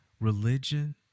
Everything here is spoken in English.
religion